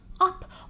up